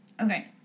okay